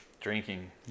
drinking